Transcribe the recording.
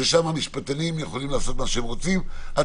שם המשפטנים יכולים לעשות מה שהם רוצים עד